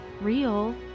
real